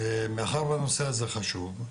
מאחר והנושא הזה חשוב,